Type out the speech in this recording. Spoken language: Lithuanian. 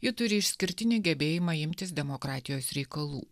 ji turi išskirtinį gebėjimą imtis demokratijos reikalų